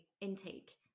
intake